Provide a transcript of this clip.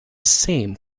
same